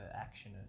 action